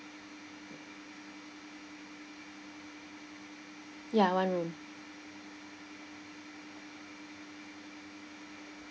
ya one room